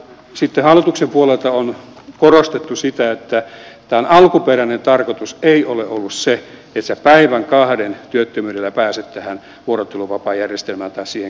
sitten hallituksen puolelta on korostettu sitä että tämän alkuperäinen tarkoitus ei ole ollut se että sinä päivän kahden työttömyydellä pääset tähän vuorotteluvapaajärjestelmään tai siihen kiertoon